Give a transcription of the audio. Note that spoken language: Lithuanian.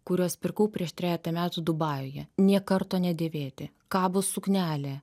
kuriuos pirkau prieš trejetą metų dubajuje nė karto nedėvėti kabo suknelė